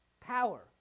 power